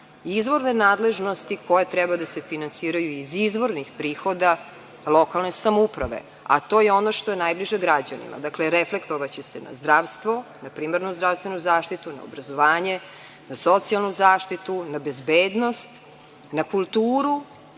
izvorne nadležnosti koje treba da se finansiraju iz izvornih prihoda lokalne samouprave, a to je ono što je najbliže građanima. Dakle, reflektovaće se na zdravstvo, na primarnu zdravstvenu zaštitu, na obrazovanje, na socijalnu zaštitu, na bezbednost, na kulturu,